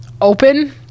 open